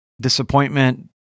disappointment